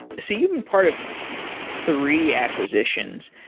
so you know part of three acquisitions.